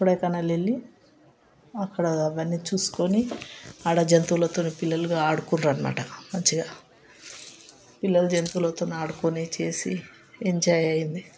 కొడైకెనాల్ వెళ్ళి అక్కడ అవన్నీ చూసుకొని ఆడ జంతువులతో పిల్లలు ఆడుకుండ్రు అన్నమాట మంచిగా పిల్లలు జంతువులతో ఆడుకుని చేసి